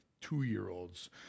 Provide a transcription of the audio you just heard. two-year-olds